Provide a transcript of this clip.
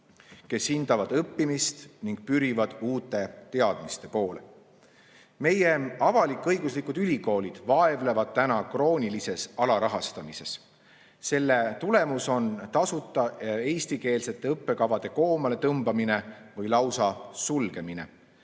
kes hindavad õppimist ning pürivad uute teadmiste poole. Meie avalik-õiguslikud ülikoolid vaevlevad kroonilise alarahastamise käes. Selle tulemus on tasuta eestikeelsete õppekavade koomaletõmbamine või lausa sulgemine.